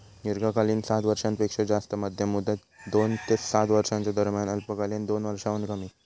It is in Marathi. दीर्घकालीन सात वर्षांपेक्षो जास्त, मध्यम मुदत दोन ते सात वर्षांच्यो दरम्यान, अल्पकालीन दोन वर्षांहुन कमी